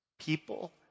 People